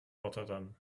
rotterdam